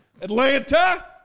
Atlanta